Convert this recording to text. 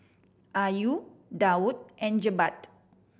Ayu Daud and Jebat